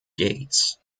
gates